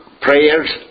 prayers